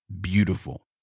beautiful